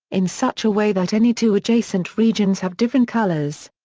in such a way that any two adjacent regions have different colors.